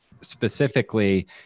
specifically